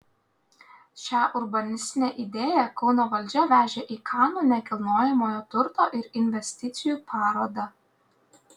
šią urbanistinę idėją kauno valdžia vežė į kanų nekilnojamojo turto ir investicijų parodą